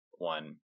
one